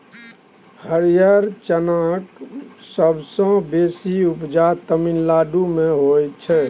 हरियर चनाक सबसँ बेसी उपजा तमिलनाडु मे होइ छै